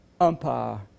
umpire